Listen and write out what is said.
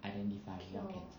identify what cancer